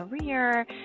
career